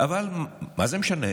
אבל מה זה משנה?